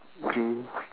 okay